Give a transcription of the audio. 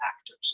actors